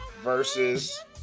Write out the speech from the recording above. versus